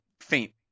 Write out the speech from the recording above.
faint